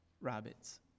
Rabbits